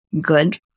good